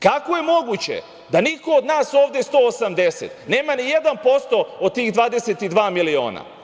Kako je moguće da niko od nas ovde 180 nema ni jedan posto od tih 22 miliona?